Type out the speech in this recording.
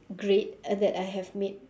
great uh that I have made